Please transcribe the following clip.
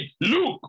look